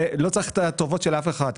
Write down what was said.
לא צריך את הטובות של אף אחד.